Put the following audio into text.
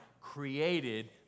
created